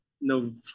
no